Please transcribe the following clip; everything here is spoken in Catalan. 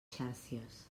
xàrcies